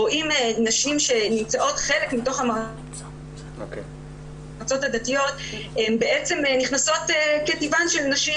נשים בחלק מתוך המועצות הדתיות הן בעצם כטבען של נשים,